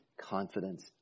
confidence